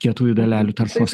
kietųjų dalelių taršos